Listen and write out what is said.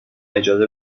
اجازه